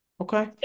Okay